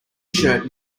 shirt